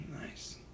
nice